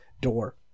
door